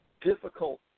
difficult